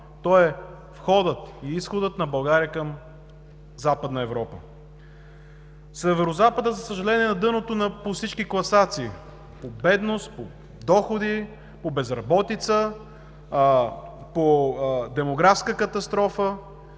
той е входът и изходът на България към Западна Европа. Северозападът, за съжаление, е на дъното по всички класации – по бедност, по доходи, по безработица, по демографска катастрофа.